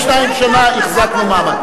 עומד תמה איך 62 שנה החזקנו מעמד.